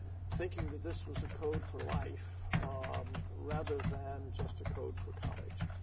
thinking that this was a code for life um rather than just a code for college.